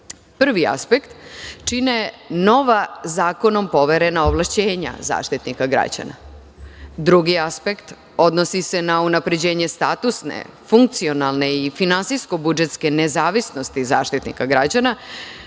Prvi aspekt čine nova zakonom poverena ovlašćenja Zaštitnika građana. Drugi aspekt odnosi se na unapređenje statusne funkcionalne i finansijsko-budžetske nezavisnosti Zaštitnika građana.